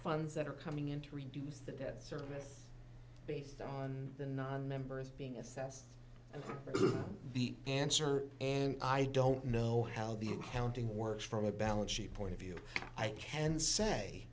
funds that are coming in to reduce the debt service based on the nonmembers being assessed the answer and i don't know how the accounting works from a balance sheet point of view i can say